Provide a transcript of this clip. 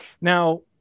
Now